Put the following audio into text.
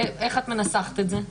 איך את מנסחת את זה?